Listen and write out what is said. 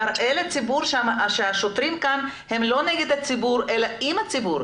תראה לציבור שהשוטרים כאן הם לא נגד הציבור אלא עם הציבור.